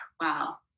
Wow